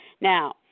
Now